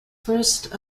first